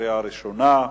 קריאה ראשונה.